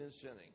sinning